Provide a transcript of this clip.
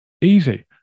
easy